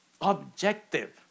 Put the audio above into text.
objective